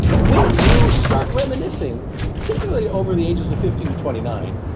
when you start reminiscing particularly over the ages of fifteen to twenty nine,